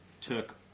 took